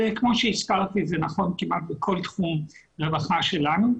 כמו שהזכרתי את זה נכון כמעט לכל תחום רווחה שלנו,